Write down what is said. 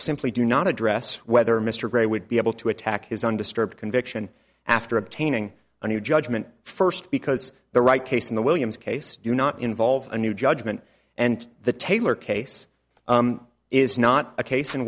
simply do not address whether mr grey would be able to attack his undisturbed conviction after obtaining a new judgment first because the right case in the williams case do not involve a new judgment and the taylor case is not a case in